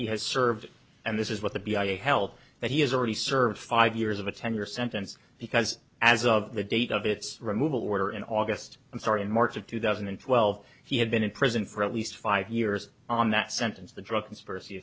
he has served and this is what the b i e health that he has already served five years of a ten year sentence because as of the date of its removal order in august and start in march of two thousand and twelve he had been in prison for at least five years on that sentence the drug conspiracy